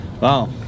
Wow